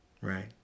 right